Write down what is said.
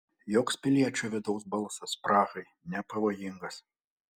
joks piliečio vidaus balsas prahai nepavojingas